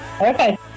Okay